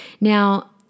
Now